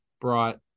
brought